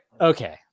okay